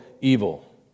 evil